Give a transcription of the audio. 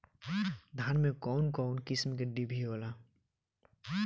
धान में कउन कउन किस्म के डिभी होला?